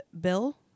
Bill